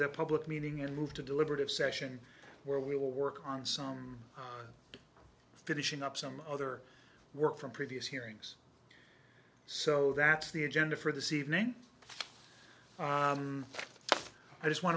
the public meeting and move to deliberative session where we will work on some finishing up some other work from previous hearings so that's the agenda for this evening i just want